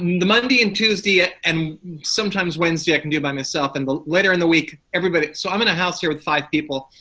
the monday and tuesday ah and sometimes wednesday i can do by myself, and later in the week everybody. so i'm in a house here with five people.